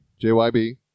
JYB